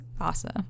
awesome